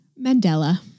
Mandela